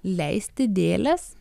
leisti dėles